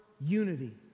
unity